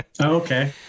Okay